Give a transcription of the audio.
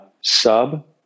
sub